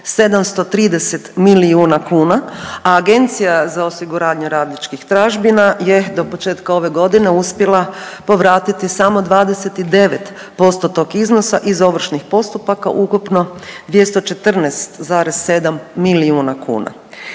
730 milijuna kuna, a Agencija za osiguranje radničkih tražbina je do početka ove godine uspjela povratiti samo 29% tog iznosa iz ovršnih postupaka, ukupno 214,7 milijuna kuna.